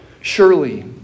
Surely